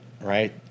right